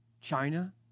China